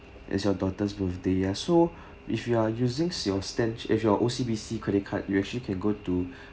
it's your daughter's birthday ya so if you are using your stan~ if you are O_C_B_C credit card you actually can go to